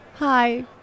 hi